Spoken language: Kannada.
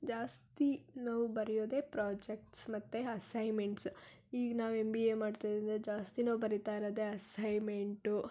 ಜಾಸ್ತಿ ನಾವು ಬರಿಯೋದೇ ಪ್ರಾಜೆಕ್ಟ್ಸ್ ಮತ್ತು ಅಸೈನ್ಮೆಂಟ್ಸ್ ಈಗ ನಾವು ಎಂ ಬಿ ಎ ಮಾಡ್ತಿರೋದರಿಂದ ಜಾಸ್ತಿ ನಾವು ಬರೀತಾ ಇರೋದೇ ಅಸೈನ್ಮೆಂಟು